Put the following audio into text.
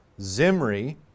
Zimri